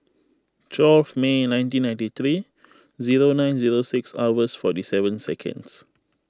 twelve May nineteen ninety three zero nine zero six hours forty seven seconds